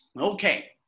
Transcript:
Okay